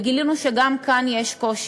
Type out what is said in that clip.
וגילינו שגם כאן יש קושי: